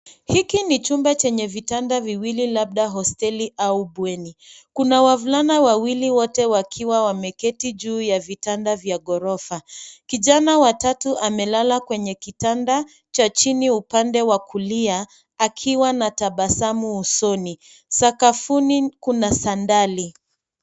Hiki ni chumba chenye vitanda viwili, labda hosteli au bweni. Kuna wavulana wawili, wote wakiwa wameketi juu ya vitanda vya ghorofa. Kijana wa tatu amelala kwenye kitanda cha chini upande wa kulia, akiwa na tabasamu usoni. Sakafuni kuna sandali.